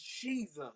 Jesus